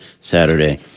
Saturday